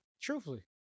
truthfully